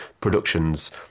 productions